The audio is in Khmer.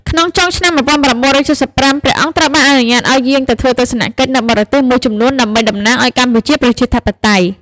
ក្នុងចុងឆ្នាំ១៩៧៥ ព្រះអង្គត្រូវបានអនុញ្ញាតឱ្យយាងទៅធ្វើទស្សនកិច្ចនៅបរទេសមួយចំនួនដើម្បីតំណាងឱ្យកម្ពុជាប្រជាធិបតេយ្យ។